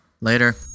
later